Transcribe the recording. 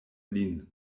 lin